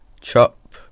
Chop